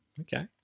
Okay